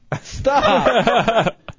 Stop